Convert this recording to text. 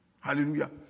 Hallelujah